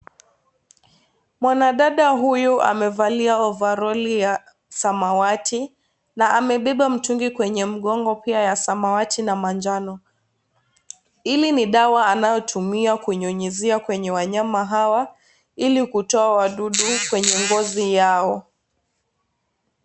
Mwanadada huyu amevalia ovaroli ya samawati na amebeba mtungi kwenye mgongo, pia ya samawati na manjano. Hili ni dawa anaotumia kunyunyizia kwenye wanyama hawa Ili kutoa wadudu kwenye ngozi Yao.